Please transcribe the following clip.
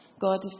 God